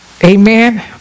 Amen